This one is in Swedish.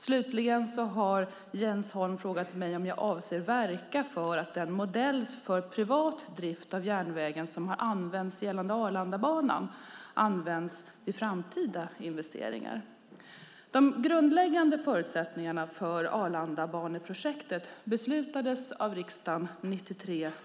Slutligen har Jens Holm frågat mig om jag avser att verka för att den modell för privat drift av järnvägen som har använts gällande Arlandabanan används vid framtida investeringar. De grundläggande förutsättningarna för Arlandabaneprojektet beslutades av riksdagen 1993/94.